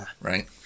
right